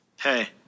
Hey